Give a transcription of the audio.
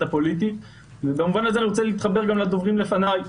הפוליטית ובמובן הזה אני רוצה להתחבר גם לדוברים שלפני.